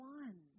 one